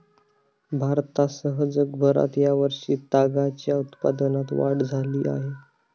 भारतासह जगभरात या वर्षी तागाच्या उत्पादनात वाढ झाली आहे